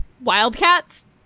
wildcats